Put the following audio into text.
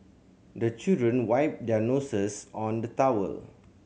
the children wipe their noses on the towel